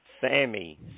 Sammy